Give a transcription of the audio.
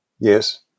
Yes